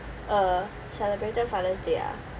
uh celebrated father's day ah